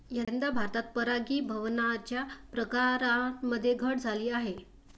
यंदा भारतात परागीभवनाच्या प्रकारांमध्ये घट झाली आहे